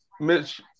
Mitch